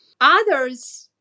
Others